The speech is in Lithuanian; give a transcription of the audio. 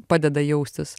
padeda jaustis